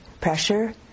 Pressure